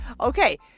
okay